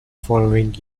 following